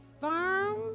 Firm